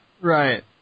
Right